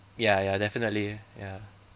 ya ya definitely ya